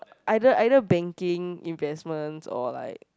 either either banking investment or like